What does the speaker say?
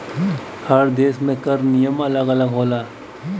हर देस में कर नियम अलग अलग होला